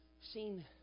seen